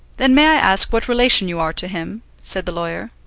then may i ask what relation you are to him? said the lawyer.